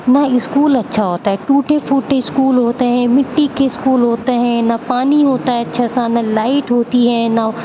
نہ اسکول اچھا ہوتا ہے ٹوٹے پھوٹے اسکول ہوتے ہیں مٹی کے اسکول ہوتے ہیں نہ پانی ہوتا ہے اچھا سا نہ لائٹ ہوتی ہے نہ